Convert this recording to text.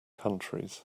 countries